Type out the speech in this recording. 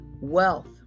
Wealth